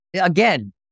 again